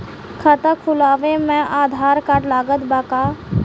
खाता खुलावे म आधार कार्ड लागत बा का?